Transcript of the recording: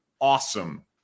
awesome